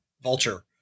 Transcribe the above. vulture